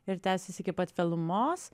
ir tęsis iki pat vėlumos